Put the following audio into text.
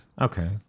okay